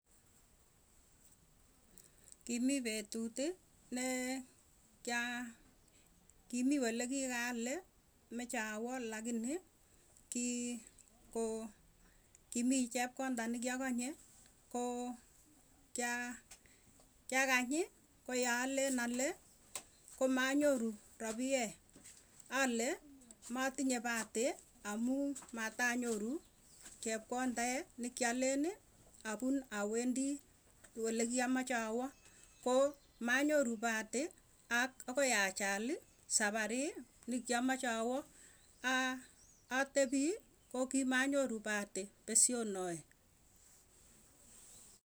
Kimii petut ne ne kwaa kimiiolekikale mechawa lakini kiiiko, kimii chepkonda nekiakanye ko kii kaiageny ko yaalen, ale komanyoruu rapie ale matinye patii amuu matanyoruu chekondee nekialen apun, awendii olekiamache awoo koo manyoru bahati. Akoi achal saparii nekiamachee awoo aa atepii. Ko kimanyoru pahati pesyonoe.